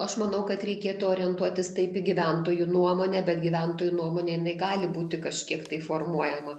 aš manau kad reikėtų orientuotis taip į gyventojų nuomonę bet gyventojų nuomonė jinai gali būti kažkiek tai formuojama